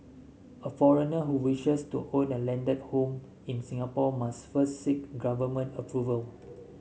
a foreigner who wishes to own a landed home in Singapore must first seek government approval